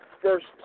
first